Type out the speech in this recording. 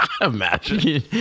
Imagine